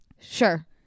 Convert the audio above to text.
Sure